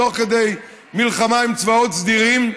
תוך כדי מלחמה עם צבאות סדירים,